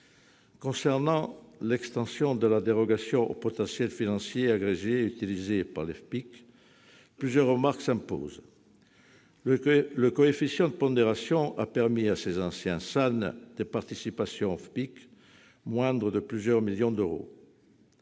de l'extension de la dérogation au potentiel financier agrégé utilisée pour le FPIC, plusieurs remarques s'imposent. Le coefficient de pondération a permis à ces anciens SAN des participations au FPIC moindres de plusieurs millions d'euros.